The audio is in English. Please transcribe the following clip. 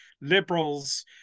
liberals